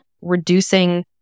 reducing